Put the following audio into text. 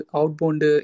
outbound